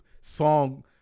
song